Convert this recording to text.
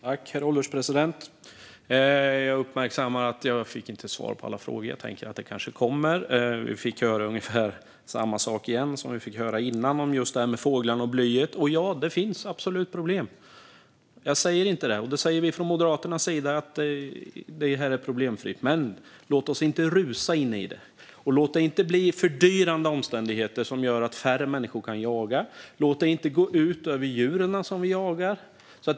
Herr ålderspresident! Jag uppmärksammar att jag inte fick svar på alla frågor, men det kanske kommer. Vi fick höra ungefär samma sak igen, om fåglarna och blyet. Ja, det finns absolut problem. Jag och Moderaterna säger inte att det här är problemfritt, men låt oss inte rusa in i det. Låt det inte bli fördyrande omständigheter som gör att färre människor kan jaga, och låt det inte gå ut över de djur vi jagar!